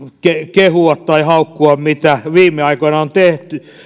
kehua tai haukkua mitä viime aikoina on tehty